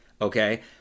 okay